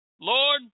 Lord